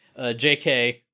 JK